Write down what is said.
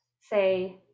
say